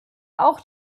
auch